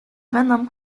venom